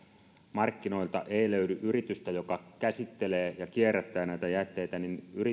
markkinoilta ei löydy yritystä joka käsittelee ja kierrättää näitä jätteitä niin